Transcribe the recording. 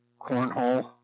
cornhole